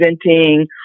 presenting